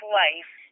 life